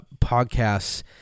podcasts